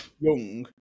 young